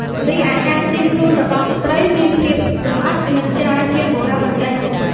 រីឯការត្រៀមខ្លួនរបស់ស្ត្រីមានភាពលម្អិតនិងច្រើនជាងបុរសបន្តិច។